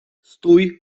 stój